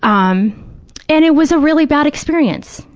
um and it was a really bad experience.